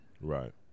Right